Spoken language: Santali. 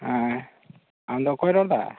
ᱟᱢ ᱫᱚ ᱚᱠᱚᱭ ᱨᱚᱲ ᱮᱫᱟᱢ